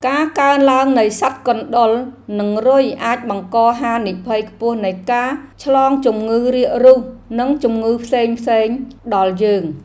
ការកើនឡើងនៃសត្វកណ្តុរនិងរុយអាចបង្កហានិភ័យខ្ពស់នៃការឆ្លងជំងឺរាករូសនិងជំងឺផ្សេងៗដល់យើង។